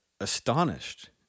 astonished